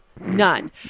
None